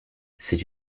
c’est